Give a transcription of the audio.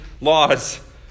laws